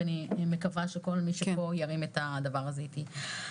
ואני מקווה שכל מי שפה ירים את הדבר הזה איתי.